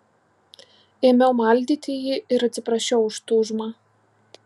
ėmiau maldyti jį ir atsiprašiau už tūžmą